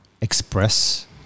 express